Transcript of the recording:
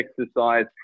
exercise